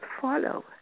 follow